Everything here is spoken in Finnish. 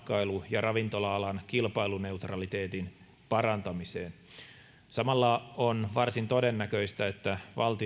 ja ravintola alan kilpailuneutraliteetin parantamiseen samalla on varsin todennäköistä että valtion ansiotulovero